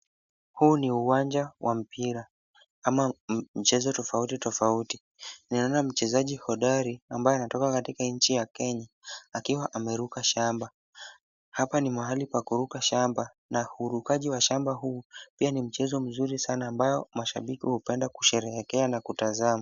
Huu ni uwanja wa mprira, ama mchezo totauti tofauti, naona mchezaji hodari ambaye anatoka katika nchi ya kenya akiwa ameruka shamba. Hapa ni mahali pa kuruka shamba na urukaji wa shamba huu pia nichezo mzuri sana ambayo mashabiki upenda kusherehekea na kutazama.